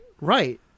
right